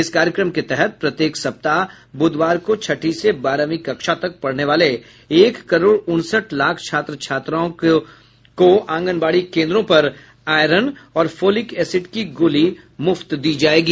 इस कार्यक्रम के तहत प्रत्येक सप्ताह बुधवार को छठी से बारहवीं कक्षा तक पढ़ने वाले एक करोड़ उनसठ लाख छात्र छात्राओं को और आंगनबाड़ी केन्द्रों पर आयरन और फोलिक एसिड की गोली मुफ्त दी जायेगी